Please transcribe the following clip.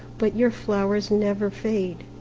but your flowers never fade,